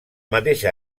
mateixa